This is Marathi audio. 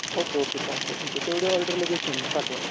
ओके ओके चालत आहे ठीक आहे तेवढी ऑर्डर लगेच सेंड पाठवा